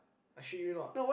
I treat you not